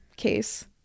case